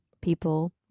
people